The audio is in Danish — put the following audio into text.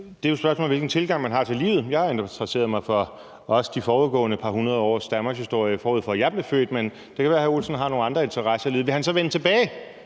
Det er jo et spørgsmål om, hvilken tilgang man har til livet. Jeg interesserede mig også for de forudgående par hundrede års danmarkshistorie, før jeg blev født, men det kan være, at hr. Mads Olsen har nogle andre interesser i livet. Vil han så vende tilbage?